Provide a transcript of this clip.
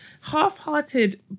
half-hearted